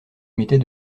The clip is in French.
mettait